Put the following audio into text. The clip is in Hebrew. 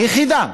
היחידה.